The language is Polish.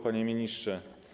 Panie Ministrze!